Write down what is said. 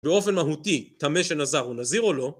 באופן מהותי, טמא שנזר הוא נזיר או לא?